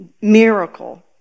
miracle